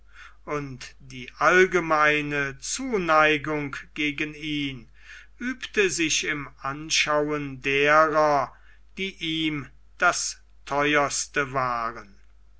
und die allgemeine zuneigung gegen ihn übte sich im anschauen derer die ihm das theuerste waren